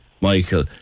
Michael